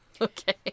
okay